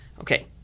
okay